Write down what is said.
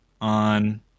on